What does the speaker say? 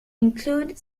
include